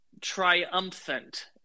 triumphant